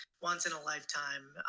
once-in-a-lifetime